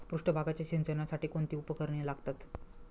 पृष्ठभागाच्या सिंचनासाठी कोणती उपकरणे लागतात?